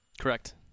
Correct